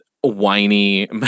whiny